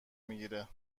میگیره